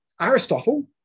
Aristotle